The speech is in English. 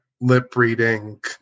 lip-reading